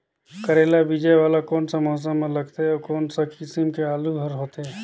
करेला बीजा वाला कोन सा मौसम म लगथे अउ कोन सा किसम के आलू हर होथे?